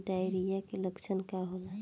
Diarrhoea के लक्षण का होला?